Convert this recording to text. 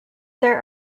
there